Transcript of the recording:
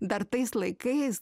dar tais laikais